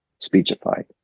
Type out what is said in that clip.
speechified